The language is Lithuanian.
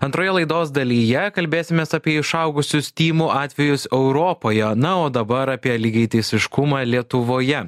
antroje laidos dalyje kalbėsimės apie išaugusius tymų atvejus europoje na o dabar apie lygiateisiškumą lietuvoje